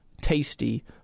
tasty